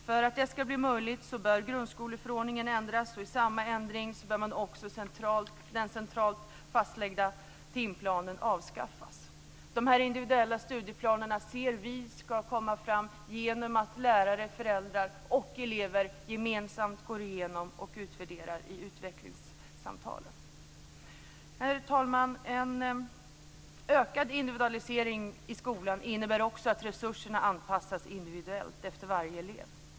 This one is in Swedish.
För att det skall bli möjligt bör grundskoleförordningen ändras. I samma ändring bör också den centralt fastlagda timplanen avskaffas. Dessa individuella studieplaner anser vi skall tas fram genom att lärare, föräldrar och elever gemensamt går igenom och utvärderar det som uppnåtts i utvecklingssamtal. Herr talman! En ökad individualisering i skolan innebär också att resurserna anpassas individuellt efter varje elev.